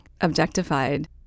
objectified